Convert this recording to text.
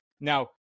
Now